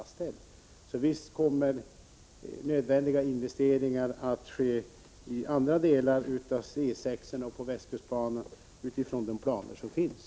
Så visst kommer nödvändiga investeringar att ske på andra delar av E 6 och på västkustbanan enligt de planer som finns.